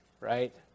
right